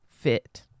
fit